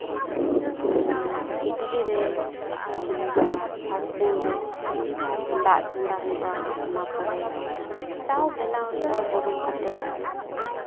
ᱠᱮᱴᱞᱤ ᱨᱮ ᱠᱤᱢᱵᱟ ᱥᱟᱥᱯᱮᱱᱴ ᱨᱮ ᱫᱟᱜ ᱪᱚᱸᱫᱟ ᱦᱩᱭᱩᱜᱼᱟ ᱚᱱᱟ ᱯᱚᱨᱮ ᱪᱟ ᱵᱮᱱᱟᱣ ᱦᱩᱭᱩᱜᱼᱟ ᱜᱚᱨᱚᱢ ᱠᱟᱛᱮ